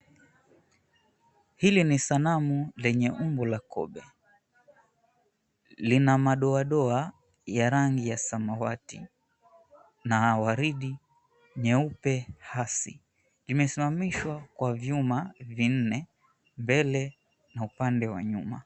Hili ni sanamu yenye umbo la kobe. Lina madoa doa ya rangi ya samawati na waridi nyeupe hasi. Imesimamishwa kwa vyuma vinne mbele na upande wa nyuma.